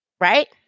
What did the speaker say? Right